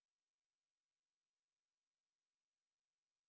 the I think the character was fictional ya